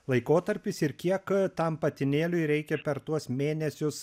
laikotarpis ir kiek tam patinėliui reikia per tuos mėnesius